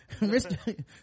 Mr